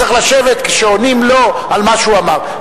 צריך לשבת כשעונים לו על מה שהוא אמר,